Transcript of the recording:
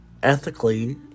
Ethically